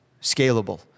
scalable